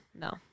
no